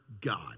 God